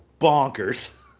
bonkers